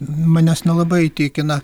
manęs nelabai įtikina